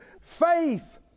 Faith